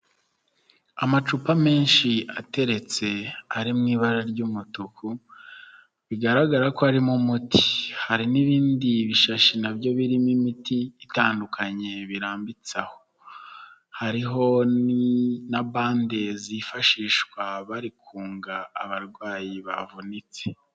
Amacupa menshi ateretse, ari mu ibara ry'umutuku, bigaragara ko harimo umuti. Hari n'ibindi bishashi na byo birimo imiti itandukanye, birambitse aho. Hariho na bande zifashishwa bari kunga abarwayi bavunitse.